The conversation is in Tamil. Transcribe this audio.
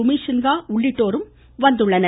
உமேஷ் சின்ஹா உள்ளிட்டோரும் வந்துள்ளனர்